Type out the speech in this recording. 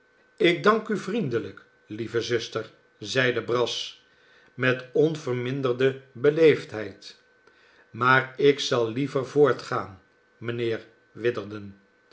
ik dank u vriendelijk lieve zuster zeide brass met onverminderde beleefdheid maar ik zal liever voortgaan mijnheer witherden